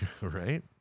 right